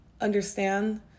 understand